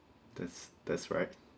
that's that's right